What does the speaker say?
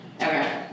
Okay